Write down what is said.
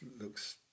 looks